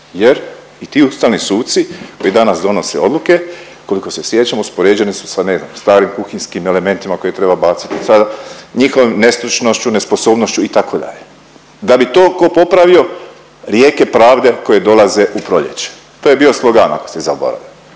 jer i ti ustavni suci koji danas donose odluke koliko se sjećam uspoređeni su sa ne znam starim kuhinjskim elementima koje treba baciti sada, njihovom nestručnošću, nepsosobnošću itd., da bi to ko popravio „Rijeke pravde koje dolaze u proljeće“, to je bio slogan ako ste zaboravili,